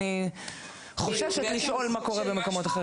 אני חוששת לשאול מה קורה במקומות אחרים.